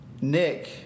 Nick